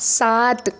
सात